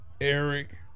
Eric